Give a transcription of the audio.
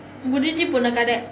முடிஞ்சு போன கதை:mudinchu pona kathai